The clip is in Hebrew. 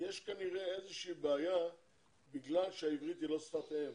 יש כנראה איזה שהיא בעיה בגלל שהעברית היא לא שפת אם,